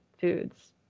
foods